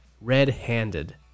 red-handed